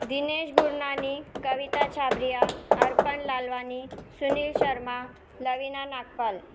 Dinesh Gurnani Kavita Chhabria Arpan Lalwani Sunil Sharma Lavina Nagpal